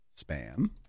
spam